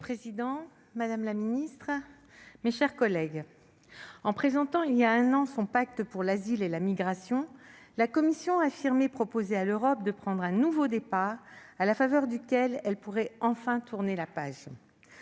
Monsieur le président, madame la ministre, mes chers collègues, en présentant voilà un an son pacte sur les migrations et l'asile, la Commission proposait à l'Europe de prendre un « nouveau départ », à la faveur duquel elle pourrait enfin tourner la page